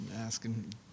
Asking